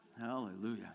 Hallelujah